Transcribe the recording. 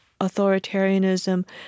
authoritarianism